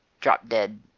drop-dead